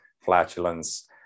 flatulence